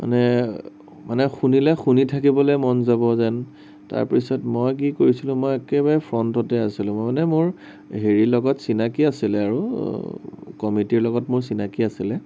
মানে মানে শুনিলে শুনি থাকিবলে মন যাব যেন তাৰ পিছত মই কি কৰিছিলো মই একেবাৰে ফ্ৰন্টতে আছিলো মই মানে মোৰ হেৰিৰ লগত চিনাকী আছিলে আৰু কমিটিৰ লগত মোৰ চিনাকী আছিলে